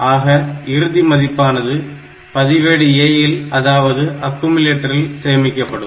ஆக இறுதி மதிப்பானது பதிவேடு A இல் அதாவது அக்குமுலேட்டரில் சேமிக்கப்படும்